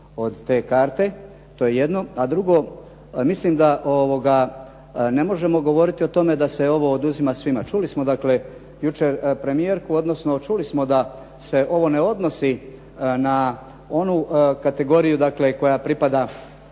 od te karte. To je jedno. A drugo, mislim da ne možemo govoriti o tome da se ovo oduzima svima. Čuli smo dakle jučer premijerku, odnosno čuli smo da se ovo ne odnosi na onu kategoriju dakle koja pripada